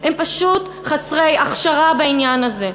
הם פשוט חסרי הכשרה בעניין הזה.